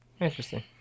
Interesting